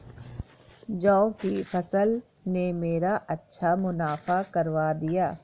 जौ की फसल ने मेरा अच्छा मुनाफा करवा दिया